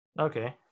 okay